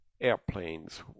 airplanes